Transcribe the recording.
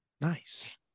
Nice